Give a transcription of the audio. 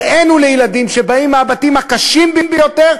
הראינו לילדים שבאים מהבתים הקשים ביותר,